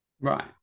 Right